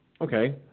Okay